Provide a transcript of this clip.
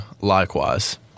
likewise